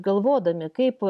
galvodami kaip